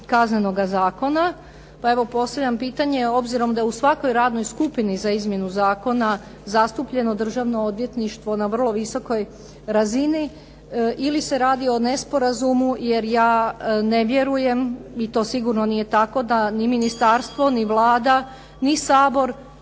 Kaznenoga zakona, pa evo postavljam pitanje, obzirom da u svakoj radnoj skupini za izmjenu zakona zastupljeno Državno odvjetništvo na vrlo visokoj razini, ili se radi o nesporazumu, jer ja ne vjerujem i to sigurno nije tako da ni ministarstvo, ni Vlada, ni Sabor